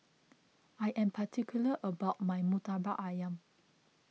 I am particular about my Murtabak Ayam